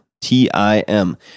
T-I-M